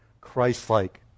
Christ-like